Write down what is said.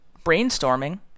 brainstorming